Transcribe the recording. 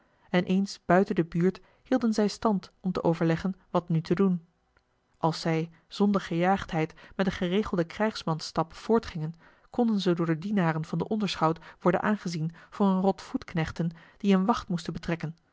en eens buiten de buurt hielden zij stand om te overleggen wat nu te doen als zij zonder gejaagdheid met een geregelden krijgsmansstap voortgingen konden zij door de dienaren van den onderschout worden aangezien voor een rot voetknechten die eene wacht moesten betrekken